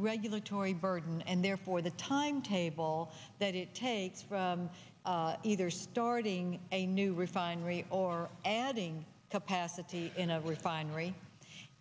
regulatory burden and therefore the timetable that it takes from either starting a new refinery or adding capacity in a refinery